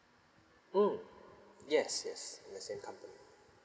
mm yes yes in the same company